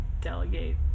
delegate